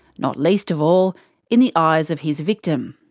not least of all in the eyes of his victim.